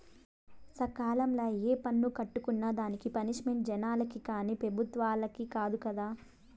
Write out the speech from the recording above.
సకాలంల ఏ పన్ను కట్టుకున్నా దానికి పనిష్మెంటు జనాలకి కానీ పెబుత్వలకి కాదు కదా